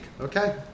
Okay